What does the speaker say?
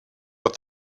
but